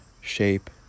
shape